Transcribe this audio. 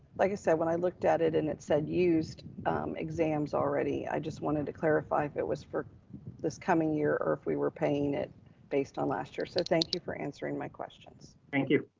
like i said, when i looked at it and it said used exams already, i just wanted to clarify if it was for this coming year or if we were paying it based on last year. so thank you for answering my questions. thank you.